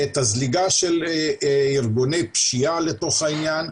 את הזליגה של ארגוני פשיעה לתוך העניין,